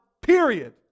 period